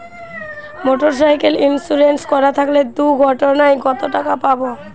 Motorcycle insurance করা থাকলে দুঃঘটনায় কতটাকা পাব?